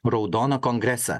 raudona kongrese